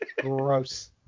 gross